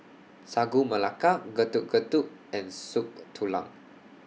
Sagu Melaka Getuk Getuk and Soup Tulang